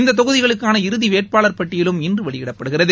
இந்தத் தொகுதிகளுக்கான இறுதி வேட்பாளர் பட்டியலும் இன்று வெளியிடப்படுகிறது